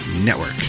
network